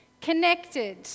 Connected